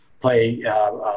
play